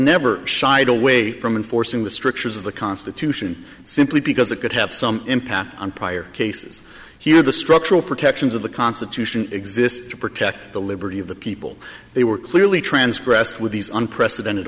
never shied away from enforcing the strictures of the constitution simply because it could have some impact on prior cases here the structural protections of the constitution exists to protect the liberty of the people they were clearly transgressed with these unprecedented